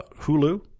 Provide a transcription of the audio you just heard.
Hulu